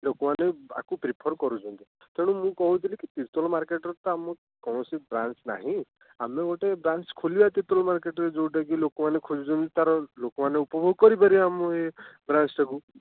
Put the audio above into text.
ଲୋକମାନେ ଆକୁ ପ୍ରିଫର୍ କରୁଛନ୍ତି ତେଣୁ ମୁଁ କହୁଥିଲି କି ତିର୍ତ୍ତୋଲ ମାର୍କେଟରେ ତ ଆମକୁ କୌଣସି ବ୍ରାଞ୍ଚ ନାହିଁ ଆମେ ଗୋଟେ ବ୍ରାଞ୍ଚ ଖୋଲିବା ତିର୍ତ୍ତୋଲ ମାର୍କେଟରେ ଯେଉଁଟା କି ଲୋକମାନେ ଖୋଜୁଛନ୍ତି ତା'ର ଲୋକମାନେ ଉପଭୋଗ କରି ପାରିବେ ଆମ ଏ ବ୍ରାଞ୍ଚଟାକୁ